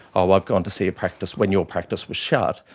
oh, i've gone to see a practice when your practice was shut,